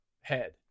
head